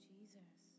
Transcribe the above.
Jesus